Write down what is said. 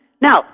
Now